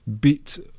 beat